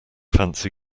fancy